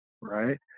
right